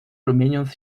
rumieniąc